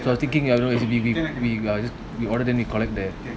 so thinking ya lor as in we we we just we order then we collect there